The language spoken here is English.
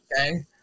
Okay